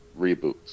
reboots